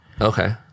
Okay